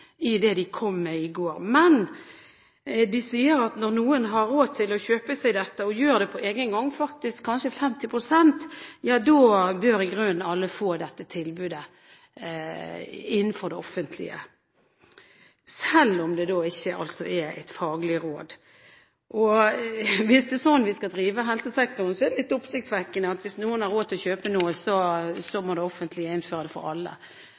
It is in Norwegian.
i det de kom med i går. De sier at når noen har råd til å kjøpe seg dette og gjør det på egenhånd, faktisk kanskje 50 pst., bør i grunnen alle få dette tilbudet innenfor det offentlige, selv om det altså ikke er et faglig råd. Hvis det er sånn vi skal drive helsesektoren, er det oppsiktsvekkende at hvis noen har råd til å kjøpe noe, må det offentlige innføre det for alle.